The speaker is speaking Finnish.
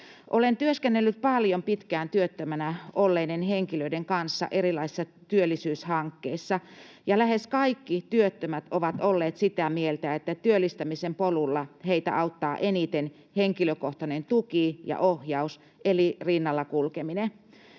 Olen työskennellyt paljon pitkään työttömänä olleiden henkilöiden kanssa erilaisissa työllisyyshankkeissa, ja lähes kaikki työttömät ovat olleet sitä mieltä, että työllistämisen polulla heitä auttaa eniten henkilökohtainen tuki ja ohjaus eli rinnalla kulkeminen.